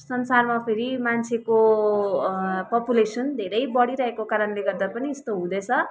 संसारमा फेरि मान्छेको पपुलेसन धेरै बढिरहेको कारणले गर्दा पनि यस्तो हुँदैछ